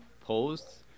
posts